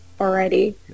already